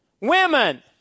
Women